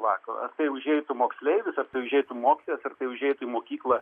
vakaro ar tai užeitų moksleivis ar tai užeitų mokytojas ar tai užeitų į mokyklą